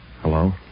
Hello